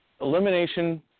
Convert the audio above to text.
elimination